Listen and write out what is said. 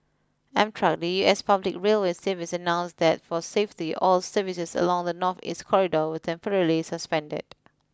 Amtrak the U S public railway service announced that for safety all services along the northeast corridor were temporarily suspended